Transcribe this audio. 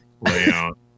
layout